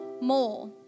more